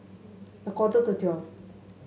a quarter to twelve